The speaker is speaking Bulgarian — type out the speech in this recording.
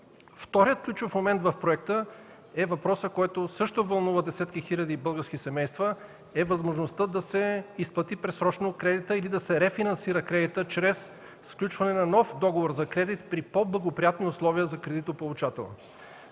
Вторият ключов момент в проекта е въпрос, който също вълнува десетки хиляди български семейства – възможността да се изплати предсрочно кредита или да се рефинансира чрез сключване на нов договор за кредит при по-благоприятни условия за кредитополучателя.